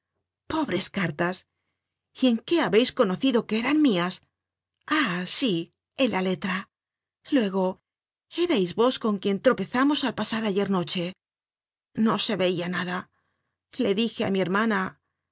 pobres cartas y en qué habeis conocido que eran mias ah sí en la letra luego érais vos con quien tropezamos al pasar ayer noche no se veia nada le dije á mi hermana